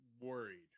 worried